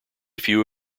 few